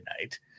night